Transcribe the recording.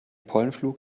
pollenflug